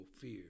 fear